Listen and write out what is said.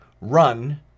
run